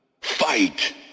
fight